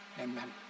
Amen